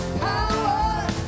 power